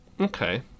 Okay